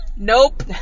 Nope